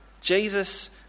Jesus